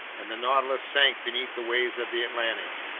and the nautilus sank beneath the waves of the atlantic.